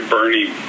Bernie